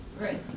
Right